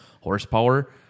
horsepower